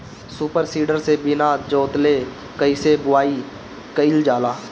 Super seeder से बीना जोतले कईसे बुआई कयिल जाला?